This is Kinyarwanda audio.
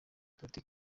politiki